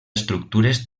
estructures